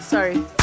Sorry